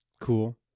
cool